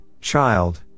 child